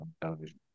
television